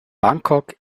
bangkok